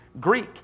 Greek